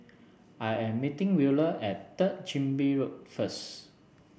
I am meeting Wheeler at Third Chin Bee Road first